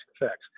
effects